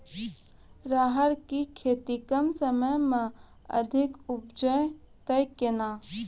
राहर की खेती कम समय मे अधिक उपजे तय केना?